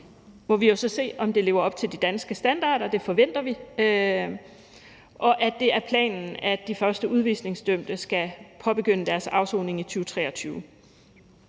må vi jo så se, om det lever op til de danske standarder. Det forventer vi, og det er planen, at de første udvisningsdømte skal påbegynde deres afsoning i 2023.